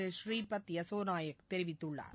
பூரீபத் எசோநாயக் தெரிவித்துள்ளார்